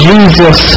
Jesus